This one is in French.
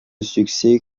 succès